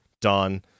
Done